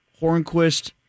Hornquist